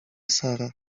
sara